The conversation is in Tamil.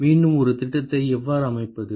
மீண்டும் ஒரு திட்டத்தை எவ்வாறு அமைப்பது